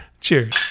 Cheers